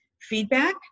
feedback